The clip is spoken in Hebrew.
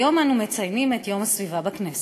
היום אנו מציינים את יום הסביבה בכנסת.